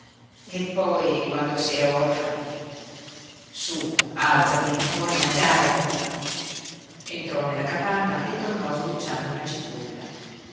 all'errore eppoi quando si è orfani su alzati vuoi mangiare entrò nella capanna e tornò sbucciando una cipolla